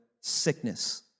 sickness